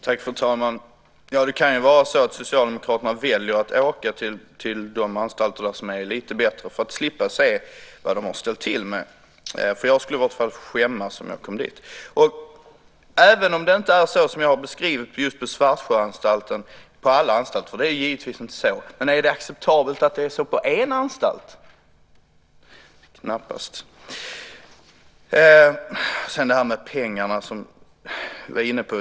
Fru talman! Det kan vara så att socialdemokraterna väljer att åka till de anstalter som är lite bättre för att slippa se vad de har ställt till med. Jag skulle i vart fall skämmas om jag kom dit. Även om det inte är så på alla anstalter som jag beskrivit att det är på Svartsjöanstalten, för det är givetvis inte så, är det då acceptabelt att det är det på en anstalt? Knappast. Sedan till frågan om pengarna, som vi var inne på.